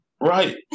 Right